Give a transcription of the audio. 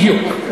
בדיוק.